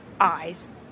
eyes